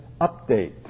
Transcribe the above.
update